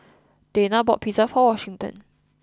Dayna bought pizza for Washington